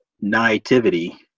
naivety